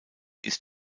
ist